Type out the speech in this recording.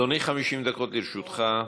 אדוני, 50 דקות לרשותך.